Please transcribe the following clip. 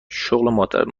شغل